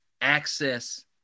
access